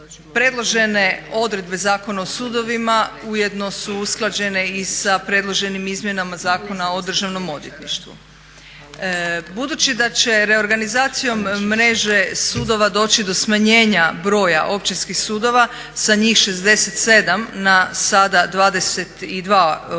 Predložene odredbe Zakona o sudovima ujedno su usklađene i sa predloženim izmjenama Zakona o državnom odvjetništvu. Budući da će reorganizacijom mreže sudova doći do smanjenja broja općinskih sudova sa njih 67 na sada 22 općinska